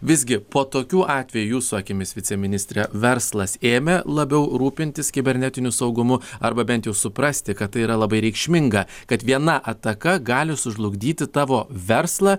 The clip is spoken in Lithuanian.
visgi po tokių atvejų jūsų akimis viceministre verslas ėmė labiau rūpintis kibernetiniu saugumu arba bent jau suprasti kad tai yra labai reikšminga kad viena ataka gali sužlugdyti tavo verslą